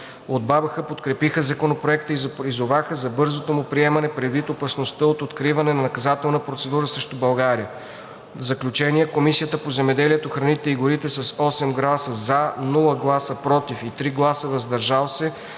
От БАБХ подкрепиха Законопроекта и призоваха за бързото му приемане предвид опасността от откриване на наказателна процедура срещу България. В заключение, Комисията по земеделието, храните и горите с 8 гласа „за“, без „против“ и 3 гласа „въздържал се“